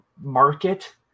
market